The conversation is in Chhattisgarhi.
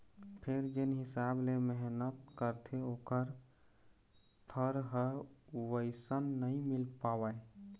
फेर जेन हिसाब ले मेहनत करथे ओखर फर ह वइसन नइ मिल पावय